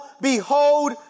Behold